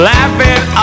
Laughing